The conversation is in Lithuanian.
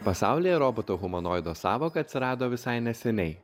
pasaulyje roboto humanoido sąvoka atsirado visai neseniai